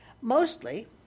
mostly